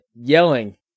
yelling